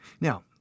Now